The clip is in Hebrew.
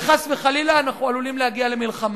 וחס וחלילה אנחנו עלולים להגיע למלחמה.